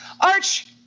Arch